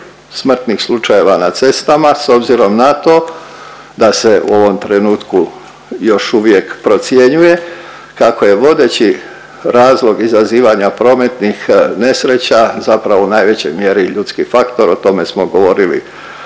smrtnih slučajeva na cestama s obzirom na to da se u ovom trenutku još uvijek procjenjuje kako je vodeći razlog izazivanja prometnih nesreća zapravo u najvećoj mjeri ljudski faktor. O tome smo govorili